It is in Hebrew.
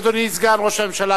אדוני סגן ראש הממשלה,